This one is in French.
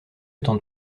temps